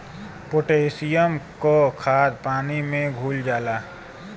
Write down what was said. potassium क खाद पानी में घुल जाला